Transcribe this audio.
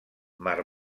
mar